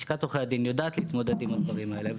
לשכת עורכי הדין יודעת להתמודד עם הדברים האלה.